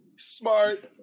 Smart